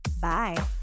Bye